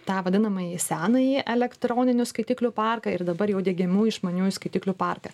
tą vadinamąjį senąjį elektroninių skaitiklių parką ir dabar jau diegiamų išmaniųjų skaitiklių parką